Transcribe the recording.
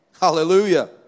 Hallelujah